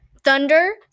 Thunder